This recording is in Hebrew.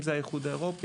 אם זה האיחוד האירופי,